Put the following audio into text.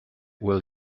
will